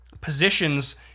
positions